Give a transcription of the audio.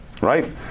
right